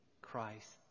Christ